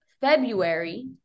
February